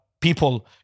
people